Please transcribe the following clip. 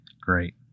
Great